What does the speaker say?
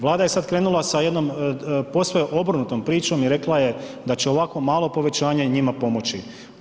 Vlada je sad krenula sa jednom posve obrnutom pričom i rekla je da će ovako malo povećanje njima pomoći.